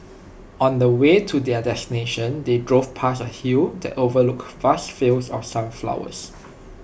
on the way to their destination they drove past A hill that overlooked vast fields of sunflowers